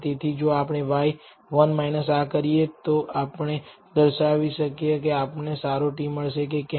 તેથી જો આપણે 1 આ કરીએ તો આપણે દર્શાવી શકીએ કે આપણને સારો t મળશે કે કેમ